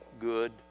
good